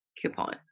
coupon